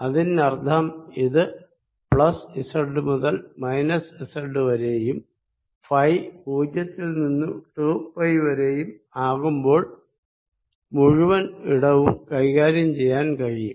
അതന്നർത്ഥം ഇത് plus Z മുതൽ minus Z വരെയും ഫൈ പൂജ്യത്തിൽ നിന്നും 2 പൈ വരെയും ആകുമ്പോൾ മുഴുവൻ ഇടവും കൈകാര്യം ചെയ്യാൻ കഴിയും